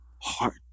heart